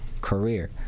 career